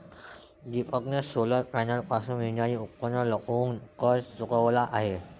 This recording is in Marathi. दीपकने सोलर पॅनलपासून मिळणारे उत्पन्न लपवून कर चुकवला आहे